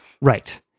Right